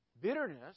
Bitterness